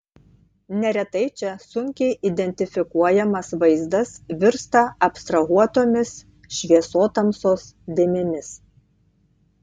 neretai čia sunkiai identifikuojamas vaizdas virsta abstrahuotomis šviesotamsos dėmėmis